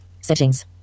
Settings